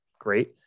great